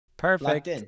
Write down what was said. Perfect